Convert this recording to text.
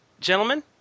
gentlemen